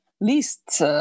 least